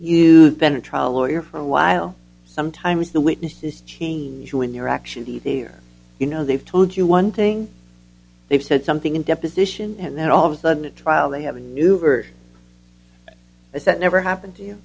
you been a trial lawyer for a while sometimes the witnesses change when you're actually there you know they've told you one thing they've said something in deposition and then all of a sudden at trial they have a new over is that never happened to you